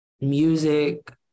music